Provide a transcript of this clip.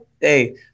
Hey